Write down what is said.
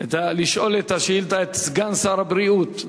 לשאול שאילתא את סגן שר הבריאות.